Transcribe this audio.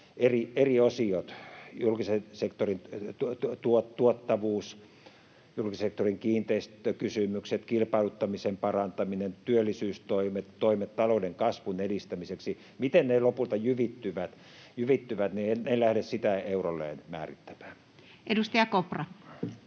eri osiot — julkisen sektorin tuottavuus, julkisen sektorin kiinteistökysymykset, kilpailuttamisen parantaminen, työllisyystoimet, toimet talouden kasvun edistämiseksi — lopulta jyvittyvät, en lähde eurolleen määrittämään. Edustaja Kopra.